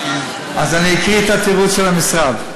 אז אני אקריא את התירוץ של המשרד.